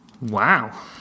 Wow